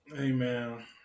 Amen